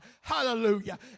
Hallelujah